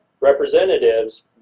representatives